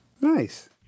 Nice